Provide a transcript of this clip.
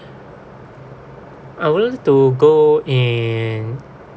I would like to go in